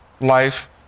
life